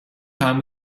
time